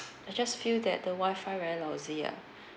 I just feel that the wifi very lousy ah